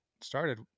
started